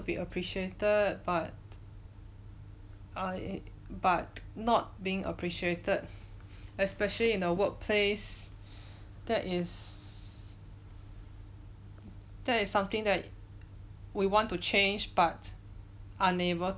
be appreciated but I but not being appreciated especially in a workplace that is that is something that we want to change but unable